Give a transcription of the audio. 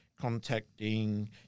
contacting